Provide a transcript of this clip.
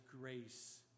grace